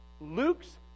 Luke's